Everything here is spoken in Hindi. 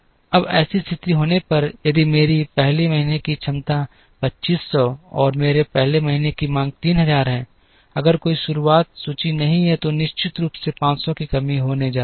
अब ऐसी स्थिति होने पर यदि मेरी 1 महीने की क्षमता 2500 है और मेरी 1 महीने की मांग 3000 है अगर कोई शुरुआत सूची नहीं है तो निश्चित रूप से 500 की कमी होने जा रही है